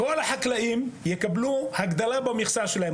כל החקלאים יקבלו הגדלה במכסה שלהם,